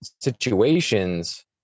situations